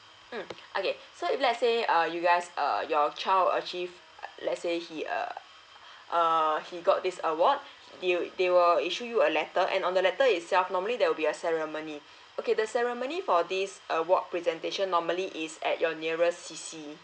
um okay so if let's say uh you guys err your child achieve let's say he uh uh he got this award they will issue you a letter and on the letter itself normally there will be a ceremony okay the ceremony for this award presentation normally is at your nearest c c